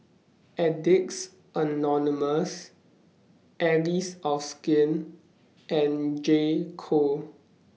Addicts Anonymous Allies of Skin and J Co